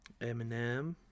Eminem